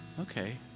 okay